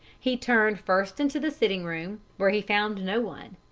he turned first into the sitting-room, where he found no one,